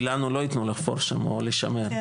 כי לנו לא יתנו לחפור שם, או לשמר.